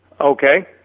Okay